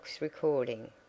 recording